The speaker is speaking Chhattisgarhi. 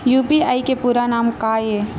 यू.पी.आई के पूरा नाम का ये?